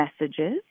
messages